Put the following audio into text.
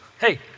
hey